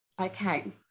Okay